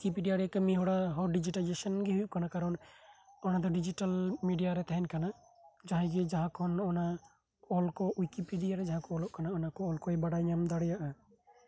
Wikipedia ᱨᱮ ᱠᱟᱹᱢᱤ ᱦᱚᱨᱟ ᱦᱚᱸ ᱰᱤᱡᱤᱴᱮᱞᱟᱭᱡᱮᱥᱚᱱ ᱜᱮ ᱦᱩᱭᱩᱜ ᱠᱟᱱᱟ ᱠᱟᱨᱚᱱ ᱚᱱᱟ ᱫᱚ ᱰᱤᱡᱤᱴᱮᱞ ᱢᱮᱰᱤᱭᱟ ᱨᱮ ᱛᱟᱦᱮᱸᱱ ᱠᱟᱱᱟ ᱡᱟᱦᱟᱸᱭ ᱜᱮ ᱡᱟᱦᱟᱸᱭ ᱠᱷᱚᱱ ᱚᱱᱟ ᱚᱞ ᱠᱚ ᱳᱭᱤᱠᱤᱯᱮᱰᱤᱭᱟ ᱨᱮ ᱡᱟᱦᱟᱸ ᱚᱞᱚᱜ ᱠᱟᱱᱟ ᱚᱱᱟ ᱚᱞ ᱠᱚᱭ ᱵᱟᱰᱟᱭ ᱧᱟᱢ ᱫᱟᱲᱮᱭᱟᱜᱼᱟ ᱟᱨ